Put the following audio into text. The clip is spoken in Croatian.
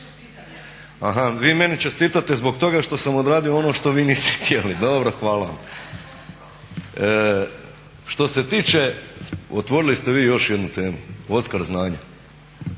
Vi meni čestitate zbog toga što sam odradio ono što vi niste htjeli, dobro hvala vam. Što se tiče, otvorili ste vi još jednu temu oskar znanja,